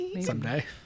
someday